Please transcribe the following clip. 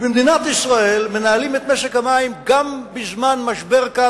ובמדינת ישראל מנהלים כהלכה את משק המים גם בזמן משבר.